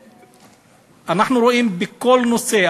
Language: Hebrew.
אנחנו רואים בכל נושא,